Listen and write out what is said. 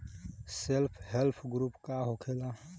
Self help group का होखेला?